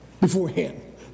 beforehand